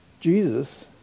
Jesus